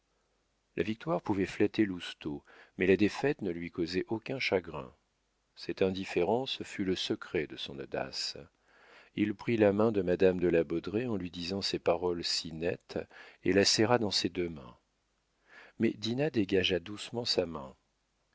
la victoire pouvait flatter lousteau mais la défaite ne lui causait aucun chagrin cette indifférence fut le secret de son audace il prit la main de madame de la baudraye en lui disant ces paroles si nettes et la serra dans ses deux mains mais dinah dégagea doucement sa main